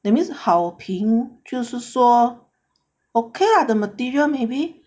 that means 是好评就是说 okay ah the material maybe